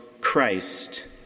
Christ